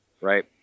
right